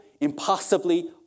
impossibly